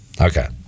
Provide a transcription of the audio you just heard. Okay